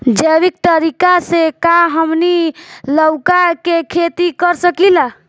जैविक तरीका से का हमनी लउका के खेती कर सकीला?